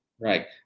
right